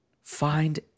find